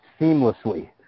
seamlessly